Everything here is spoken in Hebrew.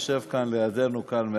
יושב לידנו כאן,